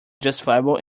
justifiable